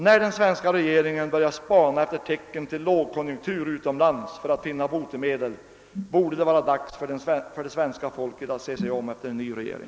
När den svenska regeringen börjar spana efter tecken till lågkonjunktur utomlands för att finna botemedel borde det vara dags för svenska folket att se sig om efter en ny regering.